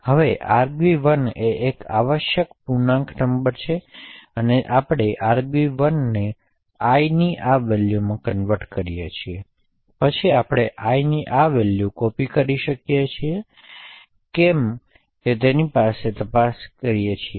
હવે argv1 એ એક આવશ્યક પૂર્ણાંક નંબર છે અને તેથી આપણે argv1 ને i ની આ વેલ્યુમાં કન્વર્ટ કરીએ છીએ પછી આપણે i ની આ વેલ્યુ કોપી કરી શકીએ છીએ કે કેમ તેની તપાસ કરીએ